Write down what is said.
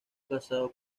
casado